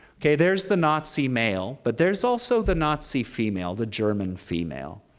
okay, there's the nazi male, but there's also the nazi female, the german female.